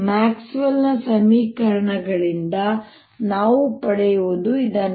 ಮ್ಯಾಕ್ಸ್ವೆಲ್ನ ಸಮೀಕರಣಗಳಿಂದ ನಾವು ಪಡೆಯುವುದು ಇದನ್ನೇ